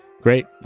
great